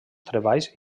treballs